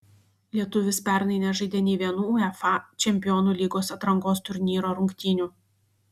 lietuvis pernai nežaidė nė vienų uefa čempionų lygos atrankos turnyro rungtynių